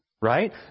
right